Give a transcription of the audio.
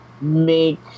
make